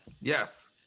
Yes